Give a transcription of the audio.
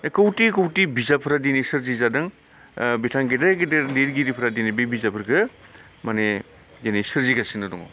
बे कौति कौति बिजाबफोरा दिनै सोरजिजादों बिथां गेदेर गेदेर लिरगिरिफोरा दिनै बे बिजाबफोरखौ माने दिनै सोरजिगासिनो दङ